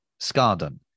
scardon